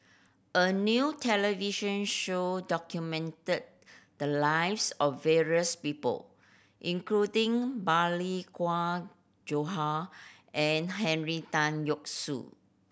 a new television show documented the lives of various people including Balli Kaur Jaswal and Henry Tan Yoke See